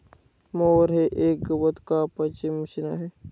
mower हे एक गवत कापायचे मशीन आहे